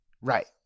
Right